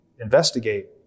investigate